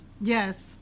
Yes